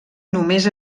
només